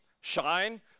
Shine